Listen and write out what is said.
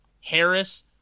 Harris